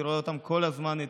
אני רואה אותם כל הזמן איתו,